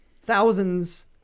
thousands